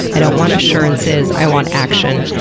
i don't want assurances, i want action.